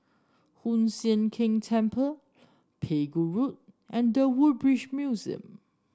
Hoon Sian Keng Temple Pegu Road and The Woodbridge Museum